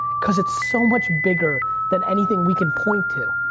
cause it's so much bigger than anything we can point to.